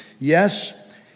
Yes